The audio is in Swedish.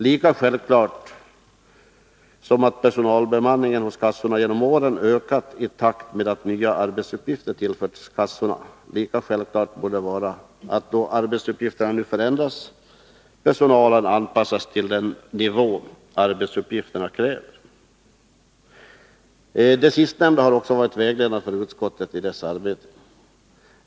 Lika självskrivet som att personalbemanningen vid kassorna genom åren har ökat i takt med att nya arbetsuppgifter tillförts kassorna borde det vara att personalen nu, när arbetsuppgifterna förändras, anpassas till den nivå arbetsuppgifterna kräver. Det sistnämnda har också varit vägledande för utskottet i dess arbete.